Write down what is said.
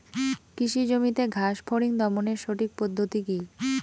কৃষি জমিতে ঘাস ফরিঙ দমনের সঠিক পদ্ধতি কি?